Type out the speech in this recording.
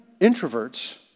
introverts